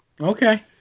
Okay